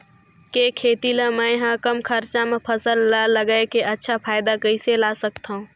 के खेती ला मै ह कम खरचा मा फसल ला लगई के अच्छा फायदा कइसे ला सकथव?